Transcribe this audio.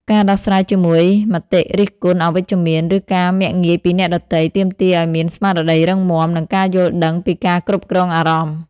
ការដោះស្រាយជាមួយមតិរិះគន់អវិជ្ជមាន ឬការមាក់ងាយពីអ្នកដទៃ ទាមទារឱ្យមានស្មារតីរឹងមាំ និងការយល់ដឹងពីការគ្រប់គ្រងអារម្មណ៍។